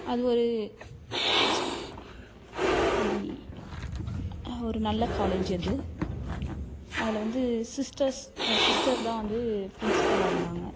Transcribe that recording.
அது ஒரு எப்படி ஒரு நல்ல காலேஜ் அது அதில் வந்து சிஸ்டர்ஸ் சிஸ்டர் தான் வந்து ப்ரின்சிபலாக இருந்தாங்க